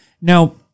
Now